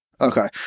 Okay